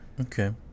Okay